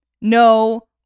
no